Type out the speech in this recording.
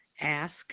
Ask